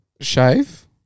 shave